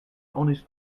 honest